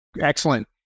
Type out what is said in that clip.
Excellent